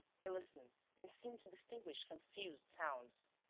he listened and seemed to distinguish confused sounds.